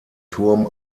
turm